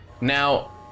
Now